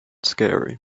scary